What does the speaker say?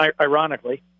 ironically